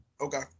Okay